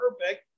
perfect